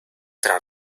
tra